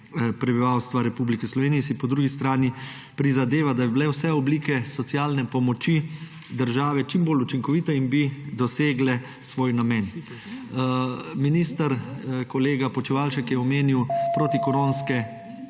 prebivalstva Republike Slovenije, in si po drugi strani prizadeva, da bi bile vse oblike socialne pomoči države čim bolj učinkovite in bi dosegle svoj namen. Minister kolega Počivalšek je omenil protikoronske